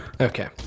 Okay